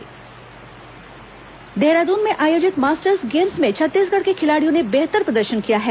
masters games Dehradun में आयोजित masters games में छत्तीसगढ़ के खिलाड़ियों ने बेहतर प्रदर्शन किया है